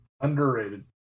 Underrated